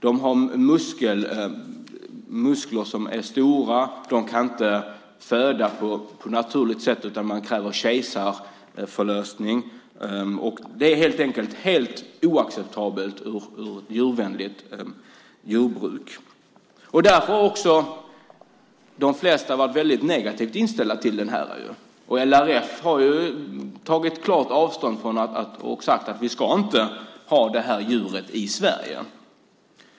De har muskler som är stora. De kan inte föda på naturligt sätt, utan man kräver kejsarsnitt. Det är helt enkelt helt oacceptabelt i ett djurvänligt jordbruk. Därför har också de flesta varit väldigt negativt inställda till den här. Och LRF har tagit klart avstånd från detta och sagt att vi inte ska ha det här djuret i Sverige.